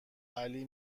علی